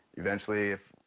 eventually if.